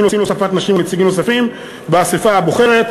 להוספת נשים ונציגים נוספים לאספה הבוחרת,